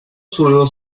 zurdo